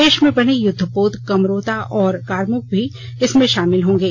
देश में बने युद्धपोत कमरोता और कार्मक भी इसमें शामिल होंगे